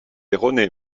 erronée